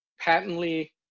patently